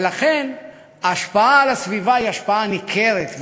ולכן ההשפעה על הסביבה היא השפעה ניכרת,